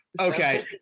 Okay